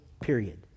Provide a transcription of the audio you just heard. period